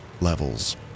levels